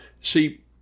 See